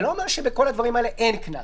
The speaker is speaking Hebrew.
זה לא אומר שבכל הדברים האלה אין קנס,